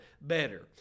better